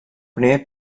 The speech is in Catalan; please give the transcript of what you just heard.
primer